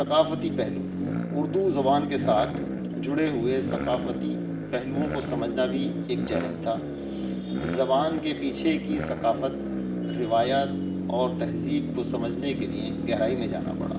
ثقافتی پہلو اردو زبان کے ساتھ جڑے ہوئے ثقافتی پہلوؤں کو سمجھنا بھی ایک چیلنج تھا زبان کے پیچھے کی ثقافت روایات اور تہذیب کو سمجھنے کے لیے گہرائی میں جانا پڑا